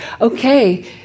Okay